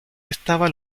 estaba